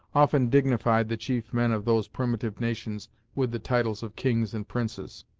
often dignified the chief men of those primitive nations with the titles of kings and princes.